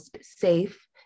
safe